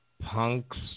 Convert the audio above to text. punks